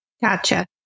Gotcha